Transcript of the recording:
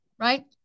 right